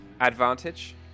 advantage